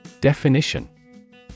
Definition